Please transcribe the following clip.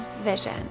vision